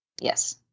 Yes